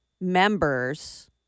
members